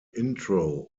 intro